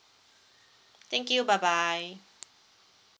thank you bye bye